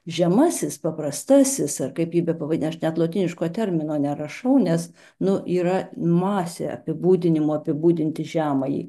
žemasis paprastasis ar kaip jį bepavadint aš net lotyniško termino nerašau nes nu yra masė apibūdinimų apibūdinti žemąjį